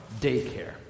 daycare